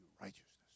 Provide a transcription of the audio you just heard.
righteousness